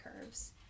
curves